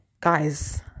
Guys